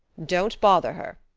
don't bother her,